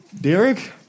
Derek